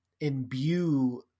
imbue